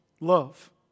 love